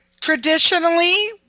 Traditionally